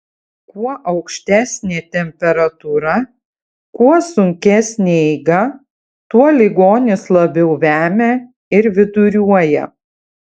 kuo aukštesnė temperatūra kuo sunkesnė eiga tuo ligonis labiau vemia ir viduriuoja